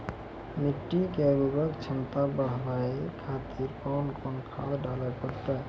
मिट्टी के उर्वरक छमता बढबय खातिर कोंन कोंन खाद डाले परतै?